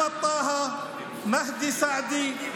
מחמוד אחמד עבד הייב,